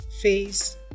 face